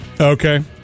Okay